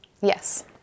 Yes